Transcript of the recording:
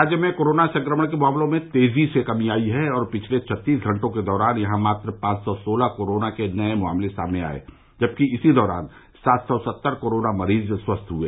राज्य में कोरोना संक्रमण के मामलों में तेजी से कमी आयी है और पिछले छत्तीस घंटों के दौरान यहां मात्र पांच सौ सोलह कोरोना के नये मामले सामने आये जबकि इसी दौरान सात सौ सत्तर कोरोना मरीज स्वस्थ हुए